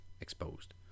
exposed